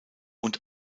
und